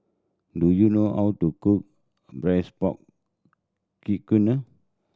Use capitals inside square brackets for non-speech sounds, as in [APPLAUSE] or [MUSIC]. do you know how to cook braised pork [UNINTELLIGIBLE]